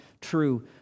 true